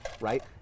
right